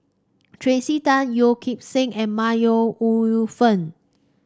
Tracey Tan Yeo Kim Seng and My Ooi Yu Fen